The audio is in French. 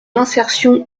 l’insertion